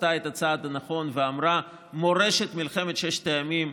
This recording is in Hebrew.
עשתה את הצעד הנכון ואמרה: מורשת מלחמת ששת הימים,